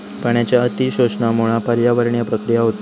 पाण्याच्या अती शोषणामुळा पर्यावरणीय प्रक्रिया होतत